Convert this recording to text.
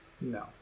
No